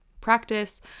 practice